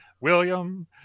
william